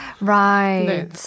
Right